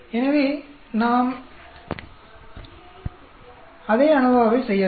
எனவே நாம் அதே அநோவாவை செய்யலாம்